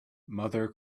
mother